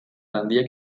handiak